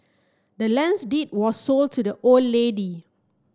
the land's deed was sold to the old lady